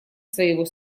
своего